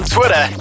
Twitter